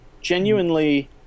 genuinely